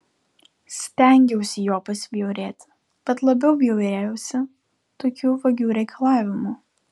stengiausi juo pasibjaurėti bet labiau bjaurėjausi tokiu vagių reikalavimu